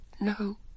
no